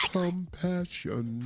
compassion